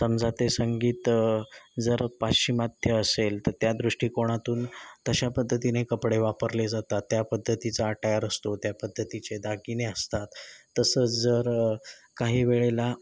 समजा ते संगीत जर पाश्चिमात्य असेल तर त्या दृष्टिकोनातून तशा पद्धतीने कपडे वापरले जातात त्या पद्धतीचा अटायर असतो त्या पद्धतीचे दागिने असतात तसंच जर काही वेळेला